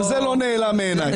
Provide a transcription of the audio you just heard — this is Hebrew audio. גם זה לא נעלם מעיניי.